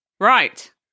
Right